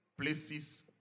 places